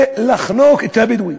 לחנוק את הבדואים: